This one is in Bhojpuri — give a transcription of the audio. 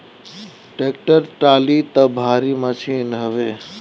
टेक्टर टाली तअ भारी मशीन हवे